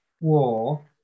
war